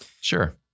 Sure